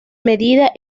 medida